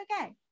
okay